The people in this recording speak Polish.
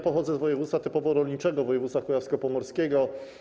Pochodzę z województwa typowo rolniczego, województwa kujawsko-pomorskiego.